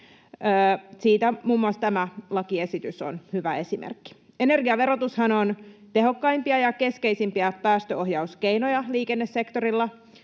Siitä muun muassa tämä lakiesitys on hyvä esimerkki. Energiaverotushan on tehokkaimpia ja keskeisimpiä päästöohjauskeinoja liikennesektorilla.